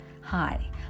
Hi